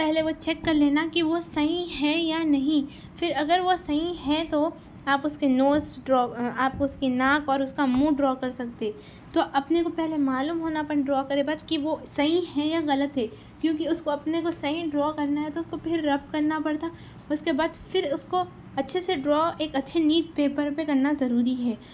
پہلے وہ چیک کر لینا کہ وہ صحیح ہیں یا نہیں پھر اگر وہ صحیح ہیں تو آپ اُس کے نوز ڈرا آپ اُس کی ناک اور اس کا منھ ڈرا کر سکتے تو اپنے کو پہلے معلوم ہونا اپَن ڈرا کرے کے بعد کہ وہ صحیح ہے یا غلط ہے کیوں کہ اُس کو اپنے کو صحیح ڈرا کرنا ہے تو اُس کو پھر رب کرنا پڑتا اُس کے بعد پھر اُس کو اچھے سے ڈرا ایک اچھے نیٹ پیپر پہ کرنا ضروری ہے